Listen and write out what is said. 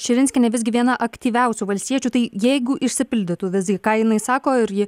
širinskienė visgi viena aktyviausių valstiečių tai jeigu išsipildytų visgi ką jinai sako ir ji